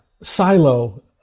silo